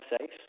safe